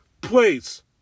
Please